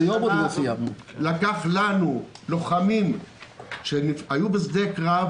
שנים, לוחמים שהיו בשדה הקרב,